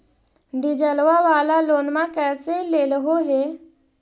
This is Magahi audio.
डीजलवा वाला लोनवा कैसे लेलहो हे?